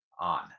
on